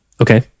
Okay